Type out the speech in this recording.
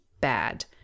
bad